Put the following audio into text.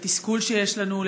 לתסכול שיש לנו,